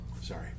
Sorry